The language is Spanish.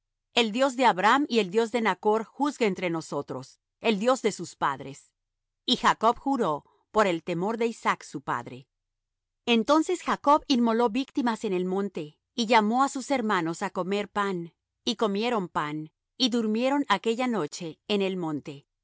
el dios de abraham y el dios de nachr juzgue entre nosotros el dios de sus padres y jacob juró por el temor de isaac su padre entonces jacob inmoló víctimas en el monte y llamó á sus hermanos á comer pan y comieron pan y durmieron aquella noche en el monte y